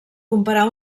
comparar